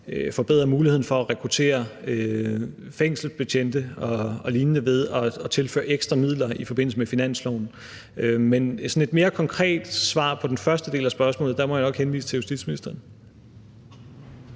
forbedre mulighederne for at rekruttere fængselsbetjente og lignende ved at tilføre ekstra midler i forbindelse med finansloven. Men for sådan et mere konkret svar på den første del af spørgsmålet må jeg nok henvise til justitsministeren.